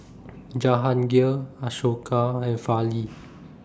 Jahangir Ashoka and Fali